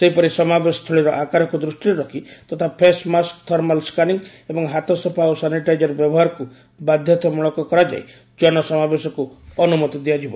ସେହିପରି ସମାବେଶ ସ୍ଥଳୀର ଆକାରକୁ ଦୃଷ୍ଟିରେ ରଖି ତଥା ଫେସମାସ୍କ ଥର୍ମାଲ ସ୍କାନିଂ ଏବଂ ହାତସଫା ଓ ସାନିଟାଇଜର ବ୍ୟବହାରକୁ ବାଧ୍ୟତାମୂଳକ କରାଯାଇ ଜନସମାବେଶକୁ ଅନୁମତି ଦିଆଯିବ